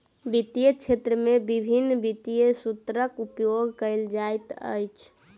वित्तीय क्षेत्र में विभिन्न वित्तीय सूत्रक उपयोग कयल जाइत अछि